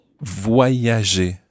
Voyager